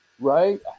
right